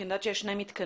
אני יודעת שיש שני מתקנים.